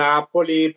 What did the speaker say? Napoli